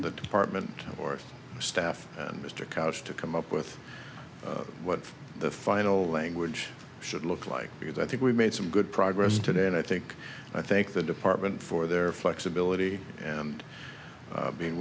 the department or staff and mister house to come up with what the final language should look like because i think we made some good progress today and i think i thank the department for their flexibility and being